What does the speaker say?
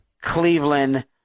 Cleveland